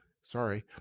Sorry